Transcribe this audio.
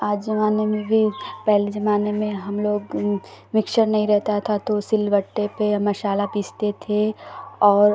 आज ज़माने में भी पहले ज़माने में हम लोग मिक्सर नहीं रहता था तो सिलबट्टे पर यह मसाला पीसते थे और